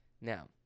now